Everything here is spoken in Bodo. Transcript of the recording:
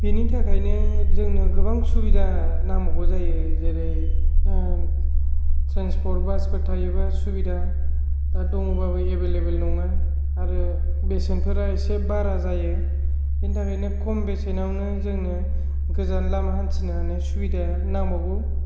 बेनि थाखायनो जोंनो गोबां सुबिदा नांबावगौ जायो जेरै ट्रेन्सपर्ट बासफोर थायोब्ला सुबिदा दा दङबाबो एभेलएबोल नङा आरो बेसेनफोरा इसे बारा जायो बिनिथाखायनो खम बेसेनावनो जोंनो गोजान लामा हान्थिनो हानाय सुबिदा नांबावगौ